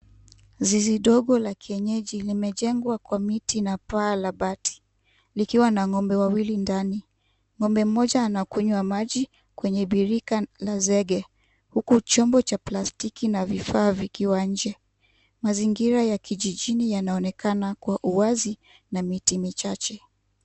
Zizi dogo la kienyeji limejengwa kwa miti na paa la bati likiwa na ng'ombe wawili ndani. Ng'ombe mmoja anakunywa maji kwenye birika la zege huku chombo cha plastiki na vifaa vikiwa nje. Mazingira ya kijijini yanaonekana kwa uwazi na miti michache.